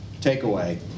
takeaway